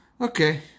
Okay